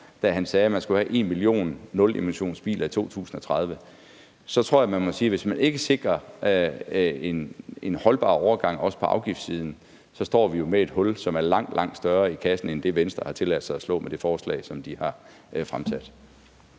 da han sagde, at man skulle have 1 million nulemissionsbiler i 2030, tror jeg, man må sige, at hvis ikke man sikrer en holdbar overgang, også på afgiftssiden, står vi jo med et hul, som er langt, langt større i kassen end det, Venstre har tilladt sig at slå med det forslag, som de har fremsat.